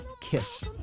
Kiss